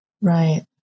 Right